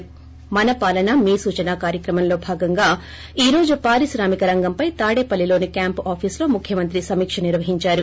మన పాలన మీ సూచన కార్యక్రమంలో భాగంగా ఈ రోజు పారిశ్రామిక రంగంపై తాడేపల్షిలోని క్యాంపు ఆఫీస్లో ముఖ్యమంత్రి సమీక నిర్వహించారు